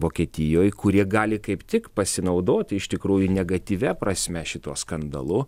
vokietijoj kurie gali kaip tik pasinaudoti iš tikrųjų negatyvia prasme šituo skandalu